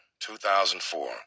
2004